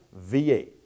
V8